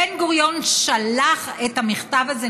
בן-גוריון שלח את המכתב הזה,